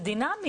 זה דינאמי.